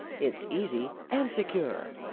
it's easy and secure.